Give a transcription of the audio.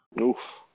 Oof